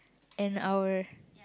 an hour